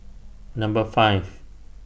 Number five